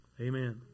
amen